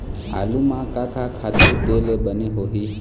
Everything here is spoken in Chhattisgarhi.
आलू म का का खातू दे ले बने होही?